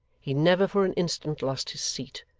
he never for an instant lost his seat,